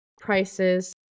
prices